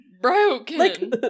broken